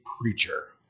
preacher